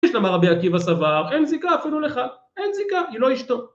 יש למה רבי עקיבא סבר, אין זיקה אפילו לך, אין זיקה, היא לא אשתו.